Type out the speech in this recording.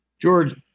George